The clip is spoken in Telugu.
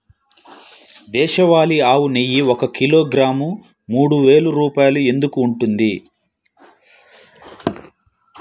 దేశవాళీ ఆవు నెయ్యి ఒక కిలోగ్రాము మూడు వేలు రూపాయలు ఎందుకు ఉంటుంది?